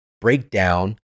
breakdown